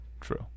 True